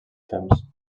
temps